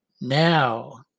Now